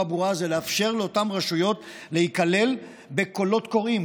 ברורה זה לאפשר לאותן רשויות להיכלל בקולות קוראים,